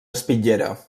espitllera